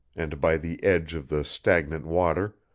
and by the edge of the stagnant water,